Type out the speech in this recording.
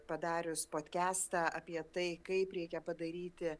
padarius podkestą apie tai kaip reikia padaryti